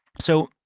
so,